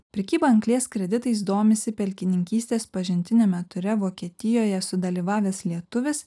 prekyba anglės kreditais domisi pelkininkystės pažintiniame ture vokietijoje sudalyvavęs lietuvės